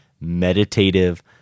meditative